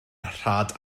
rhad